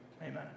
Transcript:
amen